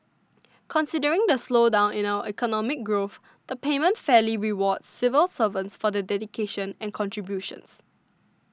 considering the slowdown in our economic growth the payment fairly rewards civil servants for their dedication and contributions